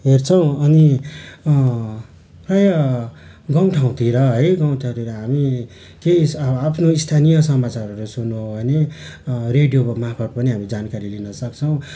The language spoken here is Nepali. हेर्छौँ अनि प्रायः गाउँठाउँतिर है गाउँठाउँतिर हामी केही आफ्नो स्थानीय समाचारहरू हामी रेडियोको मार्फत् पनि हामीले जानकारी लिनसक्छौँ